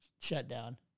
shutdown